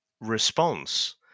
response